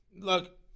look